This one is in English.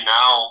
now